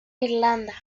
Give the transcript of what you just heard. irlanda